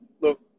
look